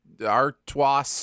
Artois